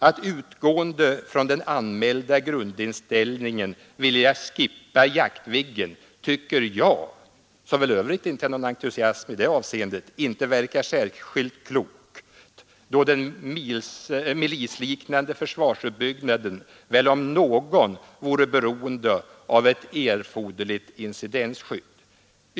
Att utgående från den anmälda grundinställningen vilja skippa Jaktviggen tycker jag — som i övrigt inte är någon entusiast i det avseendet — inte verkar särskilt klokt, då den milisliknande försvarsuppbyggnaden väl om någon vore beroende av ett erforderligt incidensskydd.